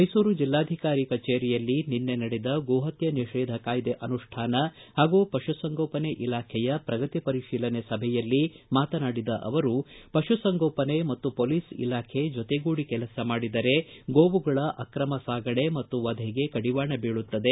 ಮೈಸೂರು ಜಿಲ್ಲಾಧಿಕಾರಿಗಳ ಕಚೇರಿಯಲ್ಲಿ ನಿನ್ನೆ ನಡೆದ ಗೋಹತ್ತೆ ನಿಷೇಧ ಕಾಯ್ದೆ ಅನುಷ್ಲಾನ ಹಾಗೂ ಪಶುಸಂಗೋಪನೆ ಇಲಾಖೆಯ ಪ್ರಗತಿ ಪರಿತೀಲನೆ ಸಭೆಯಲ್ಲಿ ಮಾತನಾಡಿದ ಅವರು ಪಶುಸಂಗೋಪನೆ ಮತ್ತು ಪೊಲೀಸ್ ಇಲಾಖೆ ಜೊತೆಗೂಡಿ ಕೆಲಸ ಮಾಡಿದರೆ ಗೋವುಗಳ ಅಕ್ರಮ ಸಾಗಣೆ ಮತ್ತು ವಧೆಗೆ ಕಡಿವಾಣ ಬೀಳುತ್ತದೆ